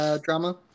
drama